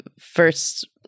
first